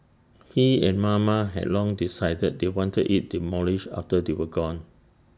he and mama had long decided they wanted IT demolished after they were gone